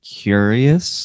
curious